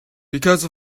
because